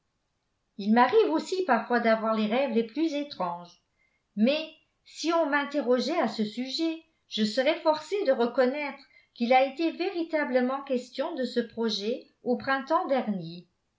il m'arrive aussi parfois d'avoir les rêves les plus étranges mais si on m'interrogeait à ce sujet je serais forcée de reconnaître qu'il a été véritablement question de ce projet au printemps dernier